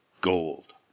gold